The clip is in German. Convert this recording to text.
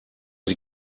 die